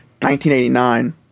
1989